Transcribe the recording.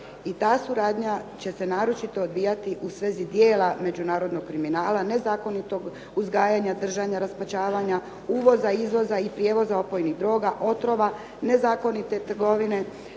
i ta suradnja će se naročito odvijati u svezi djela međunarodnog kriminala, nezakonitog uzgajanja, držanja, raspačavanja, uvoza, izvoza i prijevoza opojnih droga, otrova, nezakonite trgovine,